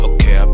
Okay